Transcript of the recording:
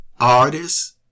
artists